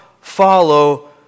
follow